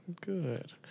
good